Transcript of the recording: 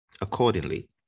accordingly